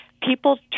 People